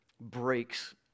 breaks